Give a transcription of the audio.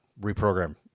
reprogram